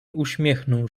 uśmiechnął